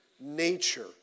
nature